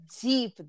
deep